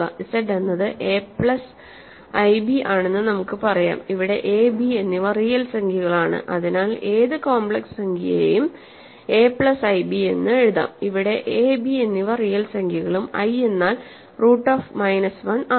Z എന്നത് a plus i b ആണെന്ന് നമുക്ക് പറയാം ഇവിടെ a b എന്നിവ റിയൽ സംഖ്യകളാണ് അതിനാൽ ഏത് കോംപ്ലെക്സ് സംഖ്യയെയും എ പ്ലസ് ഐബി എന്ന് എഴുതാം ഇവിടെ a b എന്നിവ റിയൽ സംഖ്യകളും i എന്നാൽ റൂട്ട് ഓഫ് മൈനസ് 1 ആണ്